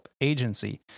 agency